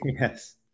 Yes